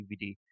DVD